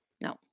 No